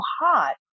hot